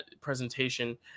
presentation